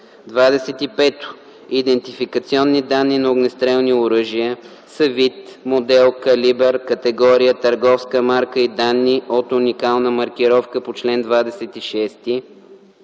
25. „Идентификационни данни на огнестрелни оръжия” са вид, модел, калибър, категория, търговска марка и данни от уникалната маркировка по чл. 26